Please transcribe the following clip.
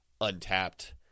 untapped